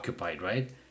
right